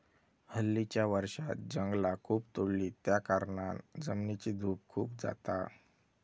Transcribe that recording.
हल्लीच्या वर्षांत जंगला खूप तोडली त्याकारणान जमिनीची धूप खूप जाता